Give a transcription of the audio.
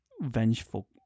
vengeful